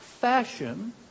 fashion